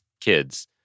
kids